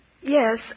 Yes